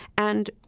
and,